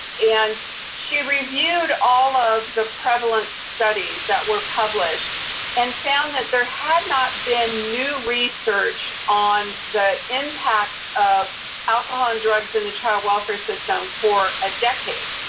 and she reviewed all of the prevalent studies that were published and found that there had not been new research on the impacts of alcohol and drugs in the child welfare system for a decade.